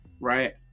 right